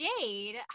Jade